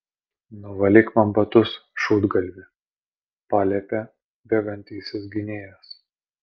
nuvalyk man batus šūdgalvi paliepė bėgantysis gynėjas